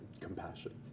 Compassion